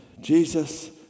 Jesus